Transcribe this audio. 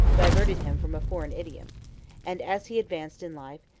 diverted him from a foreign idiom and as he advanced in life,